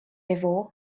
efô